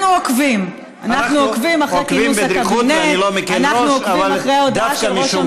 אנחנו עוקבים אחרי גיוס הקבינט,